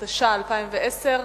התש"ע 2010,